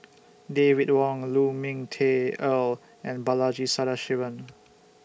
David Wong Lu Ming Teh Earl and Balaji Sadasivan